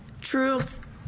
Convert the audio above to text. Truth